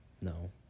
No